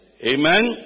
Amen